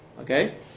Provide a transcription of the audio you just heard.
Okay